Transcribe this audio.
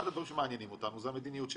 אחד הדברים שמעניינים אותנו זה המדיניות שלכם,